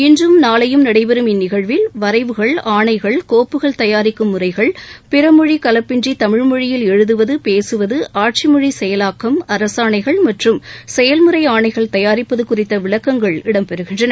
இன்றும் நாளையும் நடைபெறும் இந்நிகழ்வில் வரைவுகள் ஆணைகள் கோப்புகள் தயாரிக்கும் முறைகள் பிறமொழி கூப்பின்றி தமிழ் மொழியில் எழுதுவது பேசுவது ஆட்சி மொழி செயலாக்கம் அரசாணைகள் மற்றும் செயல்முறை ஆணைகள் தயாரிப்பது குறித்த விளக்கங்கள் இடம்பெறுகின்றன